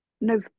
no